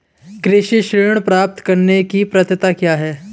कृषि ऋण प्राप्त करने की पात्रता क्या है?